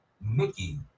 Mickey